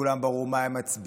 לכולם ברור מה הם מצביעים,